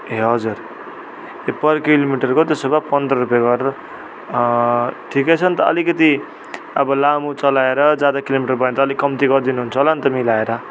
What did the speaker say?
ए हजुर ए पर किलोमिटरको त्यसो भए पन्ध्र रूपियाँ गरेर ठिकै छ नि त अलिकति अब लामो चलाएर ज्यादा किलोमिटर भयो भने त अलिक कम्ती गरिदिनुहुन्छ होला नि त मिलाएर